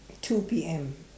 two P_M